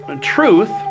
truth